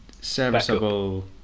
serviceable